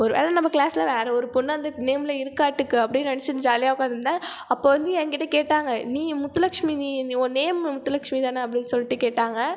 ஒரு வேளை நம்ம க்ளாஸில் வேறு ஒரு பெண்ணு அந்த நேமில் இருக்காட்டிருக்கு அப்படின்னு நினைச்சுட்டு ஜாலியாக உக்காந்திருந்தேன் அப்போ வந்து என்கிட்ட கேட்டாங்க நீ முத்துலட்சுமி நீ நீ உன் நேம் முத்துலட்சுமி தானே அப்படின்னு சொல்லிட்டு கேட்டாங்க